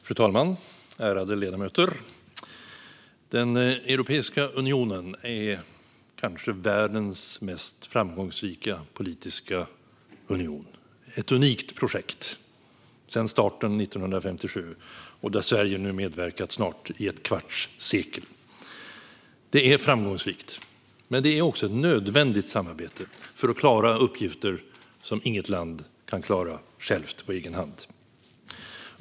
Fru talman! Ärade ledamöter! Europeiska unionen är kanske världens mest framgångsrika politiska union. Det är ett unikt projekt sedan starten 1957, där Sverige har medverkat i snart ett kvarts sekel. Det är framgångsrikt, men det är också ett nödvändigt samarbete för att klara uppgifter som inget land kan klara på egen hand.